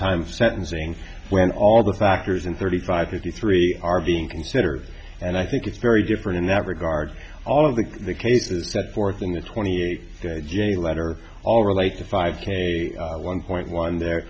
time sentencing when all the factors and thirty five thirty three are being considered and i think it's very different in that regard all of the cases set forth in the twenty eight j letter all relate to five one point one the